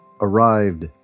arrived